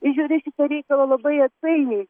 žiūri į šitą reikalą labai atsainiai